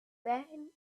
they